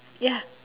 ya